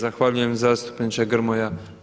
Zahvaljujem zastupniče Grmoja.